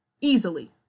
easily